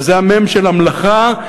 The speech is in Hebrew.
וזו המ"ם של המלאכה,